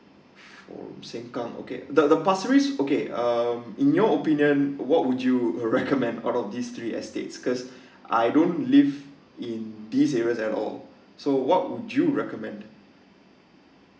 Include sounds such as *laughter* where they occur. for sengkang okay the the pasir ris okay um in your opinion what would you uh recommend *laughs* or these three estates because I don't live in these areas at all so what would you recommend